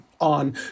on